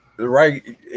Right